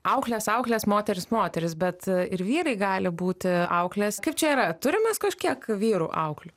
auklės auklės moterys moterys bet ir vyrai gali būti auklės kaip čia yra turim mes kažkiek vyrų auklių